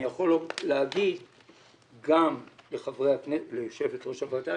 אני יכול לומר גם ליושבת ראש הוועדה,